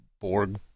Borg